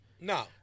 no